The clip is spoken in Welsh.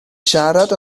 siarad